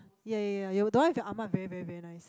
ya ya ya that one with your ah ma very very very nice